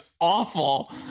awful